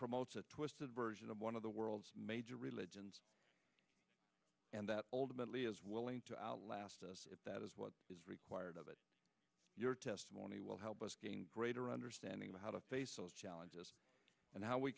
promotes a twisted version of one of the world's major religions and that ultimately is willing to outlast us if that is what is required of it your testimony will help us gain greater understanding of how to face those challenges and how we